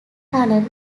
tunnel